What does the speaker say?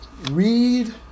Read